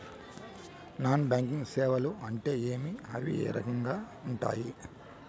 non banking సేవలు అంటే ఏమి అవి ఏ రకంగా ఉండాయి